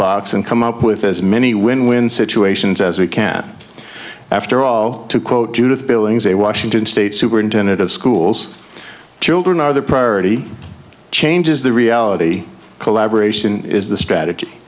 box and come up with as many win win situations as we can after all to quote judith billings a washington state superintendent of schools children are the priority changes the reality collaboration is the strategy